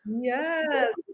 Yes